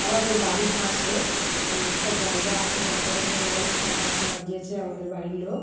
আমাদের বাড়ির পাশে মানে একটা জায়গা আছে জায়গার উপরে অনেক টা গাছ লাগিয়েছে আমাদের বাড়ির লোক